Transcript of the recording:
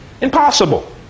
impossible